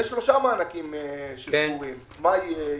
יש שלושה מענקים שסגורים: מאי-יוני,